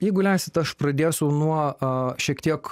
jeigu leisit aš pradėsiu nuo šiek tiek